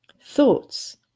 Thoughts